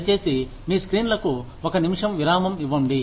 దయచేసి మీ స్క్రీన్లకు ఒక నిమిషం విరామం ఇవ్వండి